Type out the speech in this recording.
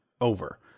over